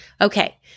Okay